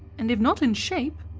and if not in shape,